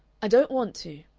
i don't want to,